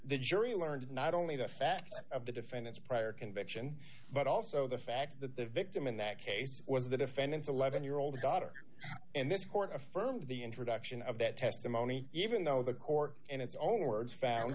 the jury learned of not only the fact of the defendant's prior conviction but also the fact that the victim in that case was the defendant's eleven year old daughter and this court affirmed the introduction of that testimony even though the court and it's own words f